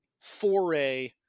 foray